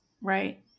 Right